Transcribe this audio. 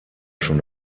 schon